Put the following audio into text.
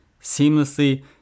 seamlessly